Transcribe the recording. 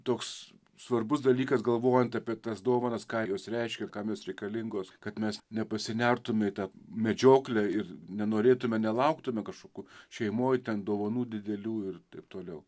toks svarbus dalykas galvojant apie tas dovanas ką jos reiškia kam jos reikalingos kad mes nepasinertume į tą medžioklę ir nenorėtume nelauktume kažkokų šeimoj ten dovanų didelių ir taip toliau